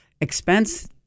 expense